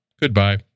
Goodbye